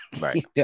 Right